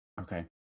Okay